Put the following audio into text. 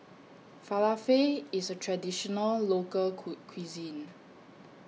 Falafel IS A Traditional Local Cool Cuisine